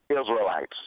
Israelites